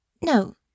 no